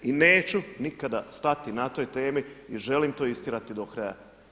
I neću nikada stati na toj temi i želim to istjerati do kraja.